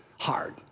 hard